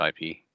IP